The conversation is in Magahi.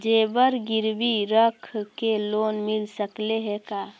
जेबर गिरबी रख के लोन मिल सकले हे का?